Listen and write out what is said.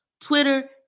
Twitter